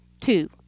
two